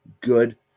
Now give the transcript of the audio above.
good